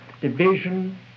Division